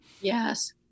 Yes